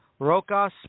Rocas